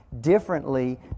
Differently